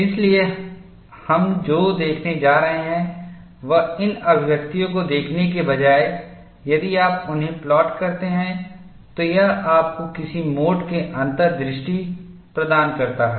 इसलिए हम अब जो देखने जा रहे हैं वह इन अभिव्यक्तियों को देखने के बजाय यदि आप उन्हें प्लॉट करते हैं तो यह आपको किसी मोड की अंतर्दृष्टि प्रदान करता है